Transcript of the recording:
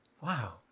Wow